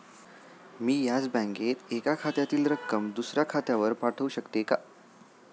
मी याच बँकेत एका खात्यातील रक्कम दुसऱ्या खात्यावर पाठवू शकते का?